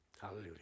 Hallelujah